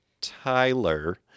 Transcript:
Tyler